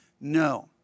No